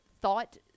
thought